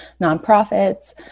nonprofits